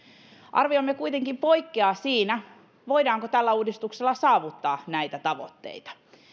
arviomme kuitenkin poikkeaa siinä voidaanko tällä uudistuksella saavuttaa näitä tavoitteita